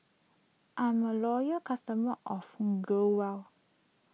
I'm a loyal customer of Growell